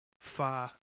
far